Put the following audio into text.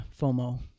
FOMO